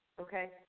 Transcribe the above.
okay